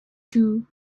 too